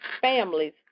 families